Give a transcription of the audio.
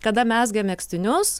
kada mezgė megztinius